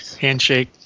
handshake